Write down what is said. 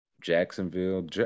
Jacksonville